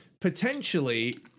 potentially